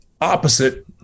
opposite